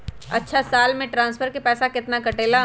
अछा साल मे ट्रांसफर के पैसा केतना कटेला?